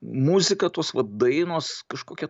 muzika tos vat dainos kažkokia